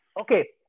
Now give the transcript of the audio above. Okay